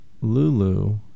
Lulu